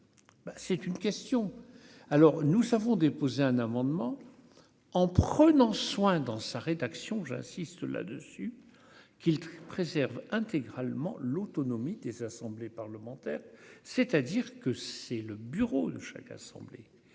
c'est une question alors nous savons déposé un amendement en prenant soin dans sa rédaction, j'insiste là-dessus qu'il préserve intégralement l'autonomie des assemblées parlementaires, c'est-à-dire que c'est le bureau de chaque assemblée